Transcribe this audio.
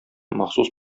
махсус